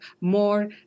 more